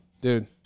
dude